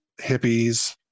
hippies